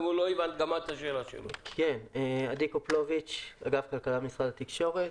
אני מאגף הכלכלה במשרד התקשורת.